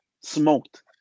smoked